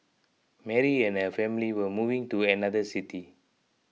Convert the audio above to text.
Mary and her family were moving to another city